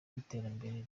w’iterambere